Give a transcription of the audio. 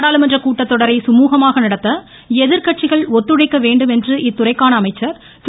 நாடாளுமன்ற கூட்டத்தொடரை சுமுகமாக நடத்த எதிர்கட்சிகள் ஒத்துழைக்க வேண்டும் என்று இத்துறைக்கான அமைச்சர் திரு